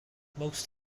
most